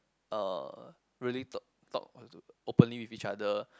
uh really talk talk openly with each other